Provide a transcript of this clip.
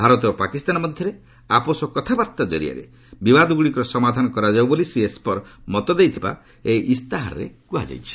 ଭାରତ ଓ ପାକିସ୍ତାନ ମଧ୍ୟରେ ଆପୋଷ କଥାବାର୍ତ୍ତା ଜରିଆରେ ବିବାଦଗୁଡ଼ିକର ସମାଧାନ କରାଯାଉ ବୋଲି ଶ୍ରୀ ଏସପର ମତ ଦେଇଥିବା ଏହି ଇସ୍ତାହାରରେ କୁହାଯାଇଛି